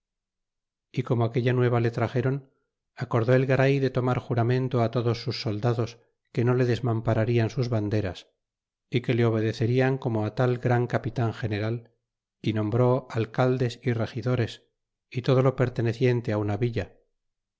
y como aquella nueva le traxéron acordó el garay de tomar juramento todos sus soldados que no le desmampararian sus banderas é que le obedecerian como tal capital general é nombró alcaldes y regidores y todo lo perteneciente una villa